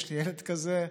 יש לי ילד כזה.